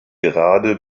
gerade